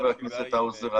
חבר הכנסת האוזר,